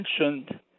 mentioned